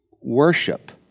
worship